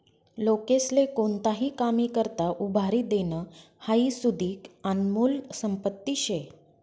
लोकेस्ले कोणताही कामी करता उभारी देनं हाई सुदीक आनमोल संपत्ती शे